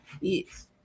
Yes